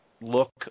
look